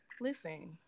listen